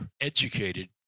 educated